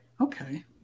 Okay